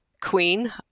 queen